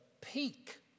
peak